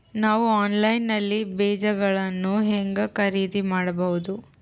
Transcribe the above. ನಾವು ಆನ್ಲೈನ್ ನಲ್ಲಿ ಬೇಜಗಳನ್ನು ಹೆಂಗ ಖರೇದಿ ಮಾಡಬಹುದು?